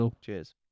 Cheers